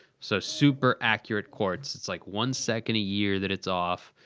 so, super accurate quartz. it's like one second a year, that it's off.